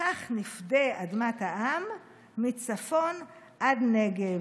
/ כך נפדה אדמת העם / מצפון עד נגב.